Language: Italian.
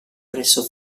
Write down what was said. presso